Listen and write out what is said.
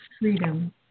freedom